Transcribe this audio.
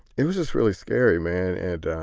it was just really scary, man and,